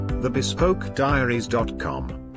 TheBespokeDiaries.com